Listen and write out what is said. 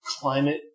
climate